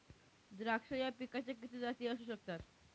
द्राक्ष या पिकाच्या किती जाती असू शकतात?